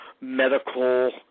medical